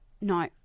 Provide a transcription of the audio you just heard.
No